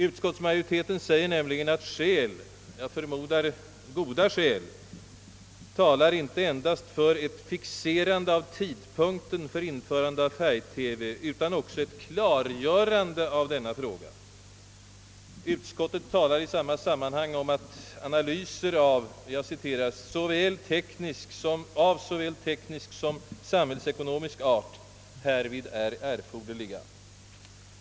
Utskottsmajoriteten anför nämligen att skäl — jag förmodar att de är goda skäl — talar inte endast för ett fixerande av tidpunkten för införande av färg-TV utan också för ett »klargörande» av detta problem. Utskottet talar i samma sammanhang om att »analyser av såväl teknisk som samhällsekonomisk art» härvid är erforderliga.